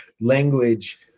language